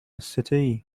city